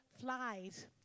Flies